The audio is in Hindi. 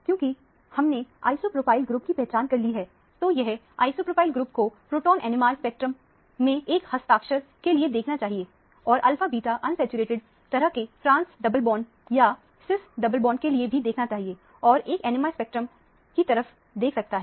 क्योंकि हमने आइसोप्रोपाइ ग्रुप की पहचान कर ली है तो यह आइसोप्रोपाइल ग्रुप को प्रोटोन NMR स्पेक्ट्रम में एक हस्ताक्षर के लिए देखना चाहिए और अल्फा बीटा अनसैचुरेटेड तरह के ट्रांस डबल बॉन्ड या सीस डबल बॉन्ड के लिए भी देखना चाहिए और एक NMR स्पेक्ट्रम की तरफ देख सकता है